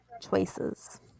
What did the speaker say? choices